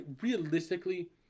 realistically